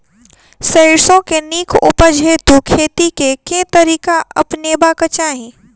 सैरसो केँ नीक उपज हेतु खेती केँ केँ तरीका अपनेबाक चाहि?